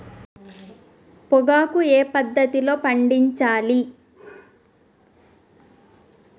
పొగాకు ఏ పద్ధతిలో పండించాలి?